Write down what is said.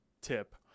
tip